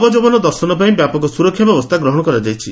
ନବଯୌବନ ଦର୍ଶନ ପାଇଁ ବ୍ୟାପକ ସୁରକ୍ଷା ବ୍ୟବସ୍କା ଗ୍ରହଣ କରାଯାଇଛି